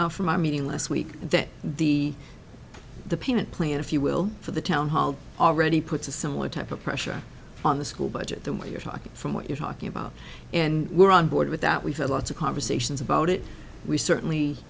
meeting last week that the the payment plan if you will for the town hall already puts a similar type of pressure on the school budget the way you're talking from what you're talking about and we're on board with that we've had lots of conversations about it we certainly